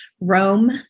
Rome